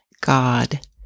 God